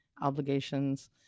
obligations